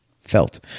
felt